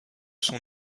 son